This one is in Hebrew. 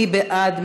מי בעד?